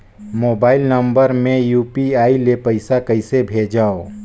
Mobile number मे UPI ले पइसा कइसे भेजवं?